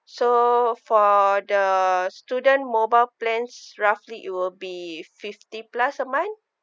so for the student mobile plans roughly it will be fifty plus a month